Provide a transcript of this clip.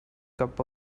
cup